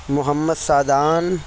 Muhammad Saadan